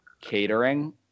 catering